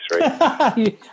right